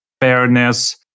fairness